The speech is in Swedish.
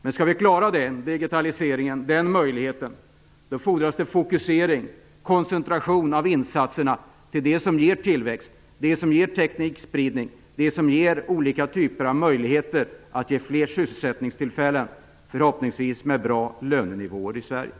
Men skall vi klara denna digitalisering och få den möjligheten fordras fokusering och koncentration av insatserna till det som ger tillväxt, teknikspridning och olika typer av möjligheter till fler sysselsättningstillfällen, förhoppningsvis med bra lönenivåer i Sverige.